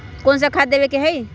कोन सा खाद देवे के हई?